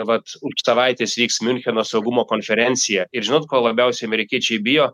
vat už savaitės vyks miuncheno saugumo konferencija ir žinot ko labiausiai amerikiečiai bijo